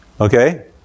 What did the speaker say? Okay